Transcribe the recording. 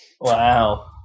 Wow